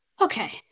Okay